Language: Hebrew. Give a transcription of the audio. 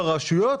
להתחיל בבקשה.